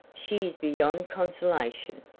she is beyond consolation.